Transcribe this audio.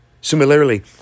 Similarly